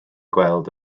gweld